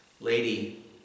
lady